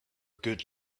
good